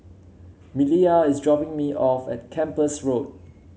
Maliyah is dropping me off at Kempas Road